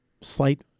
slight